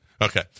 Okay